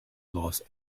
los